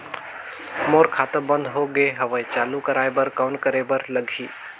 मोर खाता बंद हो गे हवय चालू कराय बर कौन करे बर लगही?